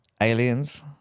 Aliens